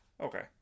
Okay